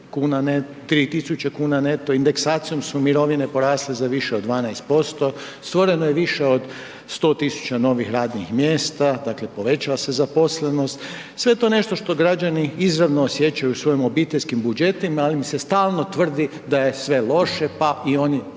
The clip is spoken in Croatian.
tisuće kuna neto. Indeksacijom su mirovine porasle za više od 12%, stvoreno je više od 100 tisuća novih radnih mjesta, dakle povećala se zaposlenost, sve je to nešto što građani izravno osjećaju u svojim obiteljskim budžetima ali im se stalno tvrdi da je sve loše pa i oni